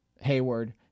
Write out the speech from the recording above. Hayward